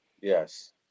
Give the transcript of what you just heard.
Yes